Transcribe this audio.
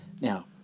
Now